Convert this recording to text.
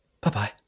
Bye-bye